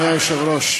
אני מבין ברבנות,